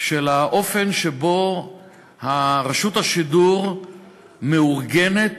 של האופן שבו רשות השידור מאורגנת.